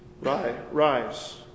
Rise